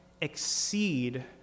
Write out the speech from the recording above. exceed